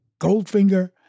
Goldfinger